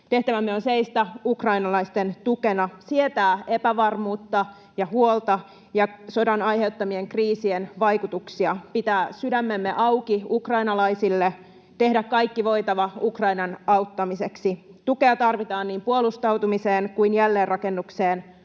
Tehtävämme on seistä ukrainalaisten tukena, sietää epävarmuutta ja huolta ja sodan aiheuttamien kriisien vaikutuksia, pitää sydämemme auki ukrainalaisille, tehdä kaikki voitava Ukrainan auttamiseksi. Tukea tarvitaan niin puolustautumiseen kuin jälleenrakennukseen,